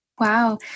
Wow